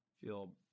feel